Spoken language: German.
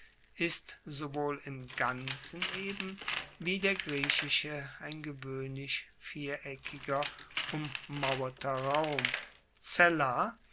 ist sowohl im ganzen eben wie der griechische ein gewoehnlich viereckiger ummauerter raum